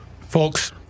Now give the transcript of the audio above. folks